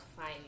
fine